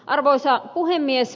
arvoisa puhemies